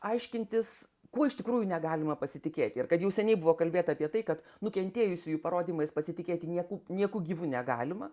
aiškintis kuo iš tikrųjų negalima pasitikėti ir kad jau seniai buvo kalbėta apie tai kad nukentėjusiųjų parodymais pasitikėti nieku nieku gyvu negalima